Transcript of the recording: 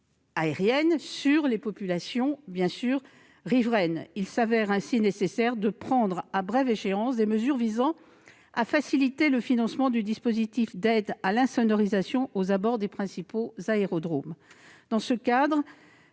aérienne sur les populations riveraines. Il se trouve ainsi nécessaire de prendre à brève échéance des mesures visant à faciliter le financement du dispositif d'aide à l'insonorisation aux abords des principaux aérodromes.